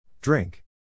Drink